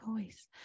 voice